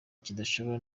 kidashobora